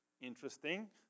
interesting